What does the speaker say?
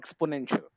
exponential